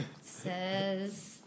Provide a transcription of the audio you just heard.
Says